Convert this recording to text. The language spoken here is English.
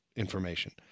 information